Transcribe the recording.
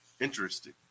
interesting